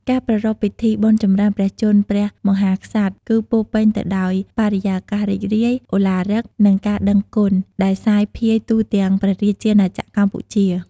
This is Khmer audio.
ការប្រារព្ធពិធីបុណ្យចម្រើនព្រះជន្មព្រះមហាក្សត្រ គឺពោរពេញទៅដោយ បរិយាកាសរីករាយ ឱឡារិក និងការដឹងគុណ ដែលសាយភាយទូទាំងព្រះរាជាណាចក្រកម្ពុជា។